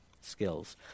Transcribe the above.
skills